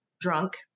drunk